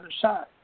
side